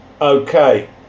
Okay